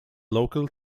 local